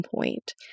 point